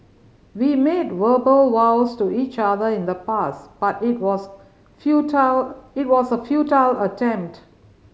we made verbal vows to each other in the past but it was futile it was a futile attempt